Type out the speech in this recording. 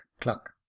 cluck